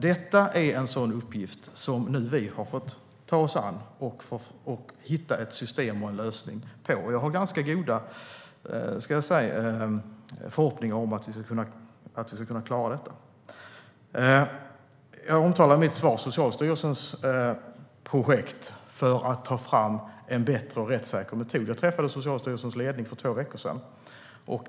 Detta är en sådan uppgift som vi har fått ta oss an för att hitta ett system och en lösning på. Jag har goda förhoppningar om att vi ska klara detta. Jag omtalade i mitt svar Socialstyrelsens projekt för att ta fram en bättre och rättssäker metod. Jag träffade Socialstyrelsens ledning för två veckor sedan.